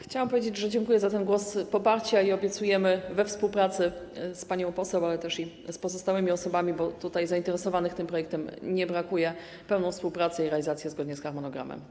Chciałam powiedzieć, że dziękuję za ten głos poparcia i obiecujemy współpracę z panią poseł, ale też z pozostałymi osobami, bo zainteresowanych tym projektem nie brakuje, pełną współpracę i realizację zgodnie z harmonogramem.